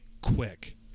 quick